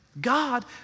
God